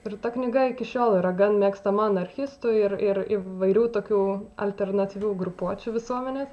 ir ta knyga iki šiol yra gan mėgstama anarchistų ir ir įvairių tokių alternatyvių grupuočių visuomenės